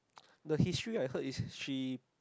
the history I heard is she